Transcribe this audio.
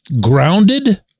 Grounded